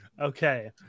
Okay